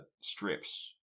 strips